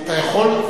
אתה יכול,